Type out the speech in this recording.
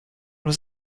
was